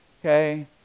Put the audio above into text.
okay